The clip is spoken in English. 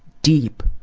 deep,